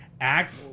act